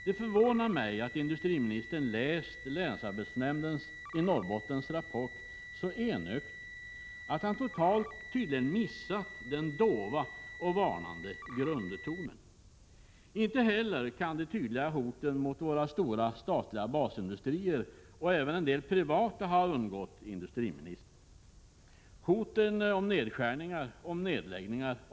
Det förvånar mig dock att industriministern har läst länsarbetsnämndens i Norrbotten rapport så enögt att han totalt missat den dova och varnande grundtonen. Inte heller kan de tydliga hoten mot våra stora statliga basindustrier, och även en del privata, ha undgått industriministern — hoten om nedskärningar och nedläggningar.